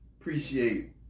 appreciate